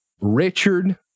richard